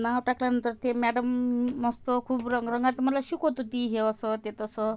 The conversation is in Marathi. नाव टाकल्यानंतर ते मॅडम मस्त खूप रंगरंगात मला शिकवत होती हे असं ते तसं